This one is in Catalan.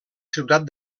ciutat